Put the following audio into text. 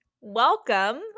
welcome